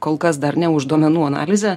kol kas dar ne už duomenų analizę